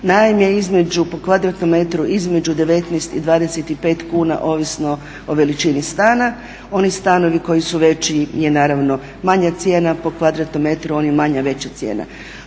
najam po kvadratnom metru između 19 i 25 kuna ovisno o veličini stana. Oni stanovi koji su veći je naravno manja cijena po kvadratnom metru, oni manji veća cijena.